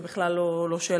זה בכלל לא שאלה,